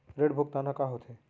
ऋण भुगतान ह का होथे?